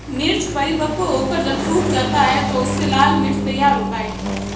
मिर्च परिपक्व होकर जब सूख जाता है तो उससे लाल मिर्च तैयार होता है